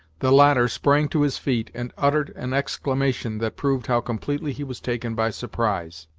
the latter sprang to his feet, and uttered an exclamation that proved how completely he was taken by surprise.